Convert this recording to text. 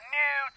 new